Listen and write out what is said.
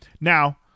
now